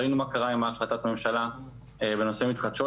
ראינו מה קרה עם החלטת הממשלה בנושא המתחדשות